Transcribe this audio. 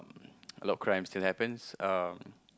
a lot crimes still happens um